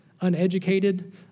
uneducated